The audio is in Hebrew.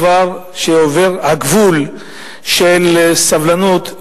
כשעובר הגבול של הסבלנות,